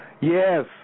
Yes